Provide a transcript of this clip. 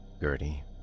Gertie